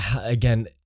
Again